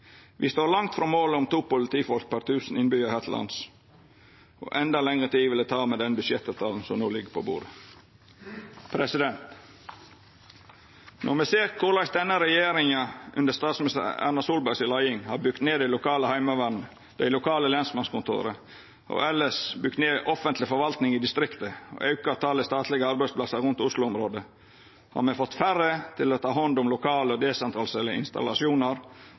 Me står langt frå målet om to politifolk per tusen innbyggjarar her til lands, og enda lengre tid vil det ta med den budsjettavtala som no ligg på bordet. Når me ser korleis denne regjeringa, under leiing av statsminister Erna Solberg, har bygd ned dei lokale lensmannskontora og elles bygd ned offentleg forvaltning i distrikta og auka talet på statlege arbeidsplassar i Oslo-området, har me fått færre til å ta hand om lokale og desentraliserte installasjonar,